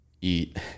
eat